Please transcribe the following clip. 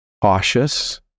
cautious